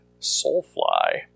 Soulfly